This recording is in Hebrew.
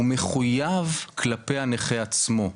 הוא מחויב כלפי הנכה עצמו.